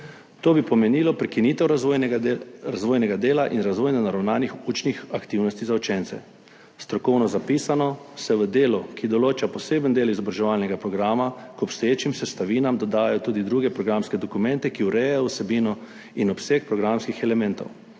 To bi pomenilo prekinitev razvojnega dela in razvojno naravnanih učnih aktivnosti za učence. Strokovno zapisano se v delu, ki določa poseben del izobraževalnega programa, k obstoječim sestavinam dodaja tudi druge programske dokumente, ki urejajo vsebino in obseg programskih elementov.